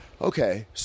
okay